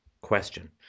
question